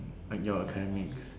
but your academics